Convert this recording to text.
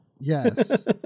Yes